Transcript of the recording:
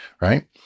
right